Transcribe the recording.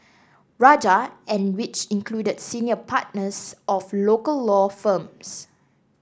Rajah and which included senior partners of local law firms